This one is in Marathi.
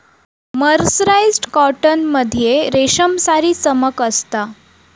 मर्सराईस्ड कॉटन मध्ये रेशमसारी चमक असता